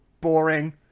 boring